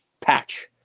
patch